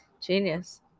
Genius